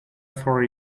for